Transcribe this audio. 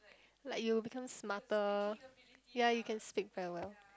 like you will become smarter ya you can speak very well